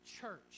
church